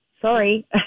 Sorry